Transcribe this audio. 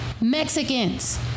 mexicans